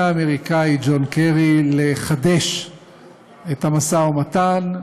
האמריקני ג'ון קרי לחדש את המשא-ומתן,